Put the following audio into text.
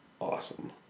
Awesome